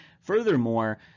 Furthermore